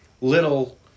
little